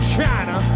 China